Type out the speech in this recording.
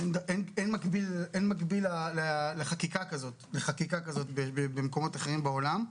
אין מקביל לחקיקה כזאת במקומות אחרים בעולם,